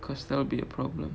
because there will be a problem